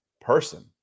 person